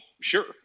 sure